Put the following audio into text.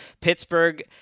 Pittsburgh